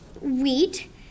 wheat